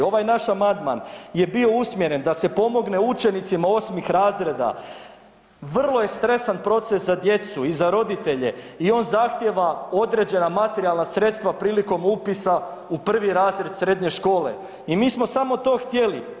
Ovaj naš amandman je bio usmjeren da se pomogne učenicima 8. razreda, vrlo je stresan proces za djecu i za roditelje i on zahtijeva određena materijalna sredstva prilikom upisa u 1. razred srednje škole i mi smo samo to htjeli.